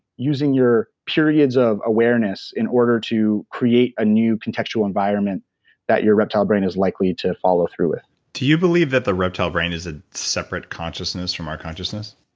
using your periods of awareness in order to create a new contextual environment that your reptile brain is likely to follow through with do you believe that the reptile brain is a separate consciousness from our consciousness?